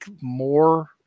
more